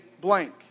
blank